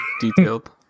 detailed